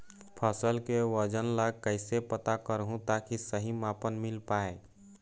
फसल के वजन ला कैसे पता करहूं ताकि सही मापन मील पाए?